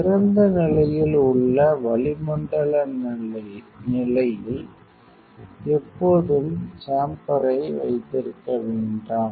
திறந்த நிலையில் உள்ள வளிமண்டல நிலையில் எப்போதும் சேம்பர்ரை வைத்திருக்க வேண்டாம்